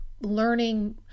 learning